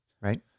right